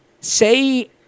say